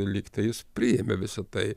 lygtai jis priėmė visą tai